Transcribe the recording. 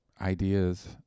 ideas